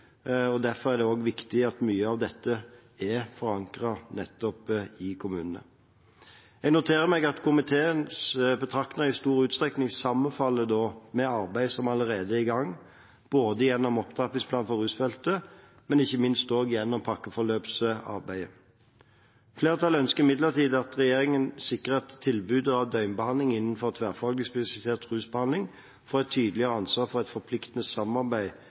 og derfor er det viktig at mye av dette er forankret nettopp i kommunene. Jeg noterer meg at komiteens betraktninger i stor utstrekning sammenfaller med arbeid som allerede er i gang – både gjennom opptrappingsplanen for rusfeltet og ikke minst gjennom pakkeforløpsarbeidet. Flertallet ønsker imidlertid at regjeringen sikrer at tilbydere av døgnbehandling innen tverrfaglig spesialisert rusbehandling får et tydeligere ansvar for et forpliktende samarbeid